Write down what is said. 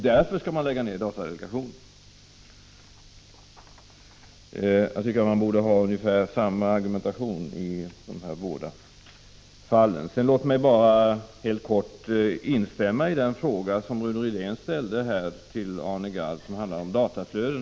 Därför skall man lägga ned datadelegationen. Jag tycker att man borde ha ungefär samma argumentation i de båda fallen. Låt mig helt kort instämma i den fråga som Rune Rydén ställde till Arne Gadd om dataflöden.